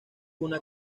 una